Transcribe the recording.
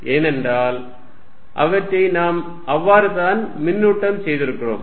ஏனென்றால் அவற்றை நாம் அவ்வாறுதான் மின்னூட்டம் செய்திருக்கிறோம்